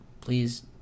please